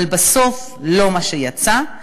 אבל בסוף זה לא מה שיצא.